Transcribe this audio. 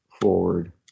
forward